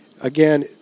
Again